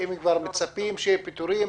האם כבר מצפים שיהיו פיטורים